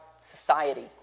society